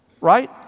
right